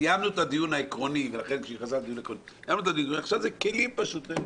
סיימנו את הדיון העקרוני עכשיו מדובר בכלים.